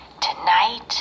Tonight